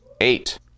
eight